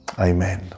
amen